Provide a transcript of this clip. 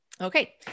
Okay